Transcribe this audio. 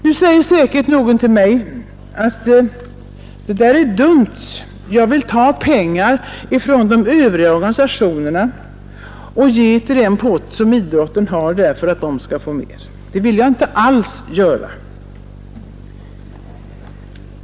Nu säger säkert någon till mig att detta är dumt; jag vill ta pengar från de övriga organisationerna och ge till den pott som idrotten har. Det vill jag inte alls göra.